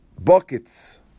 buckets